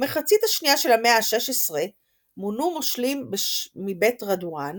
במחצית השנייה של המאה ה-16 מונו מושלים מבית רד'ואן